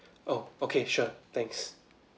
oh okay sure thanks